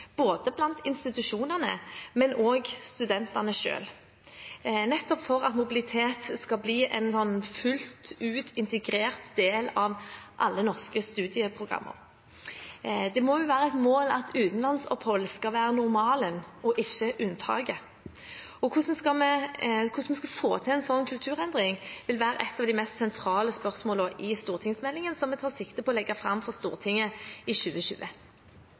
blant både institusjonene og studentene selv, for at mobilitet skal bli en fullt ut integrert del av alle norske studieprogrammer. Det må være et mål at utenlandsopphold skal være normalen, ikke unntaket. Hvordan vi skal få til en slik kulturendring, vil være et av de mest sentrale spørsmålene i stortingsmeldingen, som vi tar sikte på å legge fram for Stortinget i 2020.